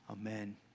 Amen